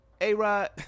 A-Rod